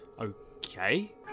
Okay